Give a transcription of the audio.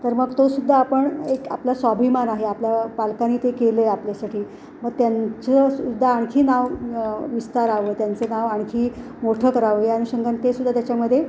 तर मग तोसुद्धा आपण एक आपला स्वाभिमान आहे आपल्या पालकानी ते केलं आहे आपल्यासाठी मग त्यांचंसुद्धा आणखी नाव विस्तारावं त्यांचं नाव आणखी मोठं करावं या अनुषंगाने तेसुद्धा त्याच्यामध्ये